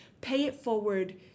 pay-it-forward